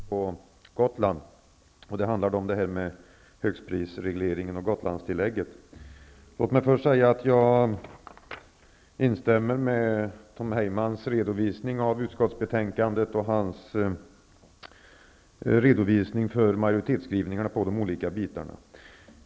Fru talman! Jag tar till orda med anledning av den fråga som just har aktualiserats vad gäller taxorna i godstrafiken på Gotland. Det handlar om högstprisregleringen och Gotlandstillägget. Låt mig först säga att jag instämmer i Tom Heymans redovisning av utskottsbetänkandet och majoritetsskrivningarna i de olika bitarna.